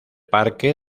parque